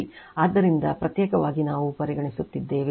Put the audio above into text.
ಆದ್ದರಿಂದ ಪ್ರತ್ಯೇಕವಾಗಿ ನಾವು ಪರಿಗಣಿಸುತ್ತಿದ್ದೇವೆ